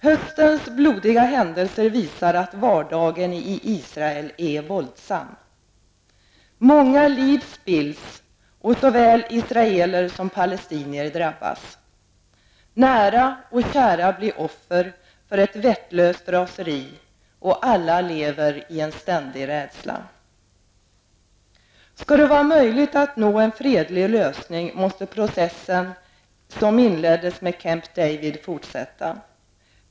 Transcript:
Höstens blodiga händelser visar att vardagen i Israel är våldsam. Många liv spills och såväl israeler som palestinier drabbas. Nära och kära blir offer för ett vettlöst raseri, och alla lever i en ständig rädsla. Skall det vara möjligt att nå en fredlig lösning, måste den process som inleddes med Camp David fortsätta.